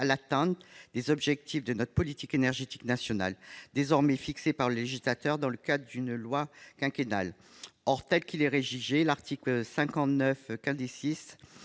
à l'atteinte des objectifs de notre politique énergétique nationale, désormais fixés par le législateur dans le cadre d'une « loi quinquennale ». Or, tel qu'il est rédigé, l'article 59